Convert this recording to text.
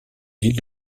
ville